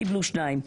קיבלו שניים.